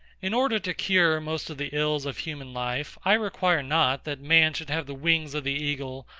in order to cure most of the ills of human life, i require not that man should have the wings of the eagle,